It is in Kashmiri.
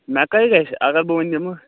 مےٚ کٔہۍ گژھِ اَگر بہٕ وۄنۍ نِمہٕ